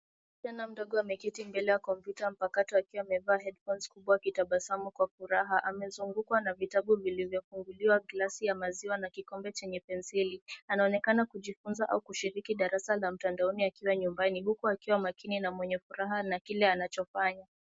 Msichana mdogo ameketi mbele ya kompyuta mpakato akiwa amevaa headphones kubwa akitabasamu kwa furaha . Amezungukwa na vitabu vilivyo funguliwa, glasi ya maziwa na kikombe chenye penseli. Anaoenekana kujifunza au kushiriki darasa la mtandaoni akiwa nyumbani huku akiwa makini na mwenye furaha na kile anachofanya.